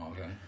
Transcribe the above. okay